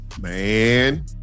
Man